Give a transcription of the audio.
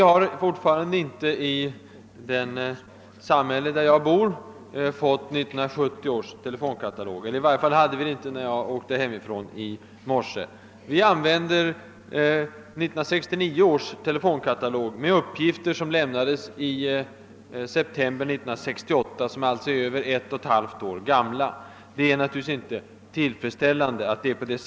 Herr talman! I det samhälle där jag bor har vi fortfarande inte fått 1970 års telefonkatalog; i varje fall hade vi det inte när jag åkte hemifrån i morse. Vi använder 1969 års telefonkatalog med uppgifter som lämnades i september 1968 och alltså är över ett och ett halvt år gamla. Detta är naturligtvis inte tillfredsställande.